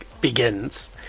begins